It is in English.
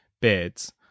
bids